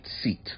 seat